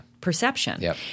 perception